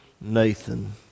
Nathan